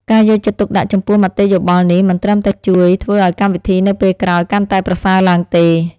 ការយកចិត្តទុកដាក់ចំពោះមតិយោបល់នេះមិនត្រឹមតែជួយធ្វើឲ្យកម្មវិធីនៅពេលក្រោយកាន់តែប្រសើរឡើងទេ